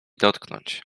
dotknąć